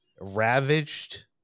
ravaged